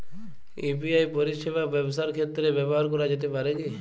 UPI পরিষেবা ব্যবসার ক্ষেত্রে ব্যবহার করা যেতে পারে কি?